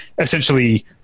essentially